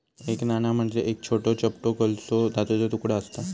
एक नाणा म्हणजे एक छोटो, चपटो गोलसो धातूचो तुकडो आसता